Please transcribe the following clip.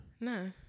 No